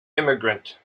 immigrant